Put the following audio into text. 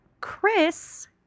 Chris